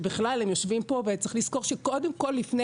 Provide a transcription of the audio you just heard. שבכלל הם יושבים פה וצריך לזכור שקודם כל לפני